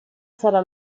sarà